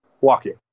walking